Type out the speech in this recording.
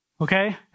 Okay